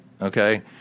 okay